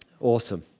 Awesome